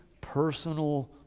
personal